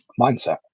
mindset